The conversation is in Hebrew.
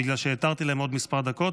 בגלל שהתרתי להם עוד כמה דקות,